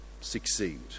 succeed